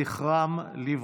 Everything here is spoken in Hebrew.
זכרם לברכה.